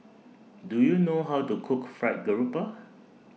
Do YOU know How to Cook Fried Garoupa